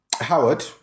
Howard